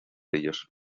ellos